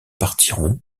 partiront